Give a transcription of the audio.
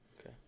Okay